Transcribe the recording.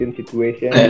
situation